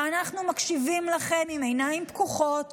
ואנחנו מקשיבים לכם עם עיניים פקוחות